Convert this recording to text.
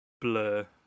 blur